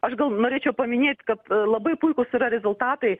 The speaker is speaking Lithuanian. aš gal norėčiau paminėt kad labai puikūs yra rezultatai